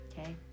okay